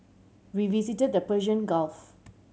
we visited the Persian Gulf